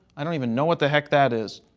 i don't even know what the heck that is.